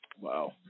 Wow